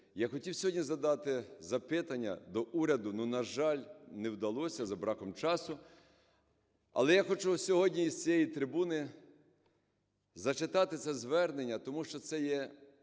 я хотів сьогодні задати запитання до уряду, ну, на жаль, не вдалося за браком часу. Але я хочу сьогодні із цієї трибуни зачитати це звернення, тому що це є